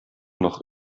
noch